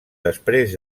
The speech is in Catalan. després